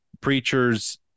preachers